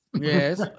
Yes